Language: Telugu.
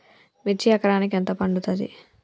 మిర్చి ఎకరానికి ఎంత పండుతది?